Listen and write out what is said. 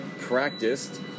practiced